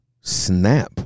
Snap